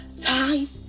time